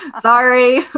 sorry